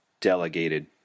delegated